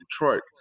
Detroit